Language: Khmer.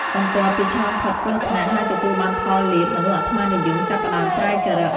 បន្ទាប់ពីឆ្លងផុតគ្រោះថ្នាក់ ហើយទទួលបានផលលាភ មនុស្សអាត្មានិយមចាប់ផ្ដើមប្រែចរិត។